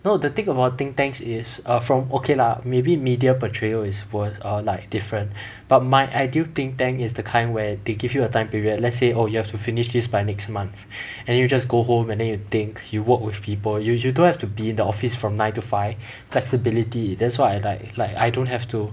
no the thing about think tanks is err from okay lah maybe media portrayal is worse or like different but my ideal thing tank is the kind where they give you a time period let's say oh you have to finish this by next month and you just go home and then you think you work with people you you don't have to be the office from nine to five flexibility that's why I like like I don't have to